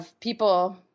people